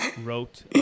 wrote